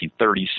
1930s